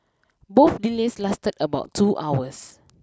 both delays lasted about two hours